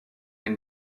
and